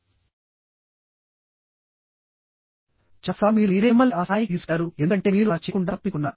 చాలా సార్లు మీరు మీరే మిమ్మల్ని ఆ స్థాయికి తీసుకెళ్లారు ఎందుకంటే మీరు అలా చేయకుండా తప్పించుకున్నారు